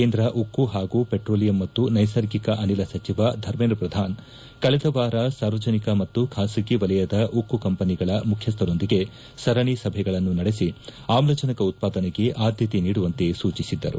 ಕೇಂದ್ರ ಉಕ್ಕು ಪಾಗೂ ಮೆಟ್ರೋಲಿಯಂ ಮತ್ತು ನೈರ್ಗಿಕ ಅನಿಲ ಸಚಿವ ಧರ್ಮೇಂದ್ರ ಪ್ರಧಾನ್ ಕಳೆದ ವಾರ ಸಾರ್ವಜನಿಕ ಮತ್ತು ಖಾಸಗಿ ವಲಯದ ಉಕ್ಕು ಕಂಪನಿಗಳ ಮುಖ್ಯಸ್ಥರೊಂದಿಗೆ ಸರಣಿ ಸಭೆಗಳನ್ನು ನಡೆಸಿ ಆಮ್ಲಜನಕ ಉತ್ಪಾದನೆಗೆ ಆದ್ದತೆ ನೀಡುವಂತೆ ಸೂಚಿಸಿದ್ದರು